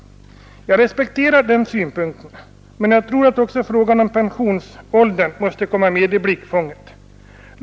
Jag respekterar den synpunkten, men jag tror att också frågan om pensionsåldern måste komma med i blickfånget.